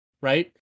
right